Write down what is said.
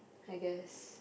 I guess